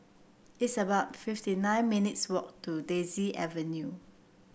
it's about fifty nine minutes' walk to Daisy Avenue